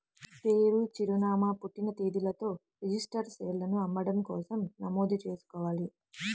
పేరు, చిరునామా, పుట్టిన తేదీలతో రిజిస్టర్డ్ షేర్లను అమ్మడం కోసం నమోదు చేసుకోవాలి